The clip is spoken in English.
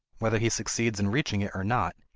whether he succeeds in reaching it or not,